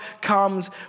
comes